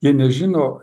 jie nežino